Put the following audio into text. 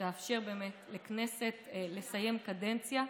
שתאפשר באמת לכנסת לסיים קדנציה,